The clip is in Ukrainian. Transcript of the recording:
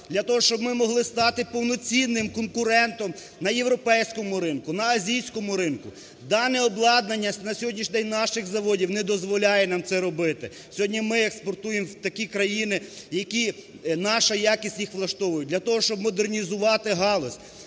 для того, щоб ми могли стати повноцінним конкурентом на європейському ринку, на азійському ринку. Дане обладнання на сьогоднішній день наших заводів не дозволяє нам це робити. Сьогодні ми експортуємо в такі країни, які, наша якість їх влаштовує. Для того, щоб модернізувати галузь,